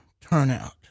turnout